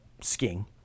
Skiing